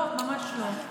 לא, ממש לא.